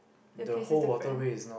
the place is different